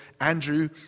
Andrew